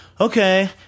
Okay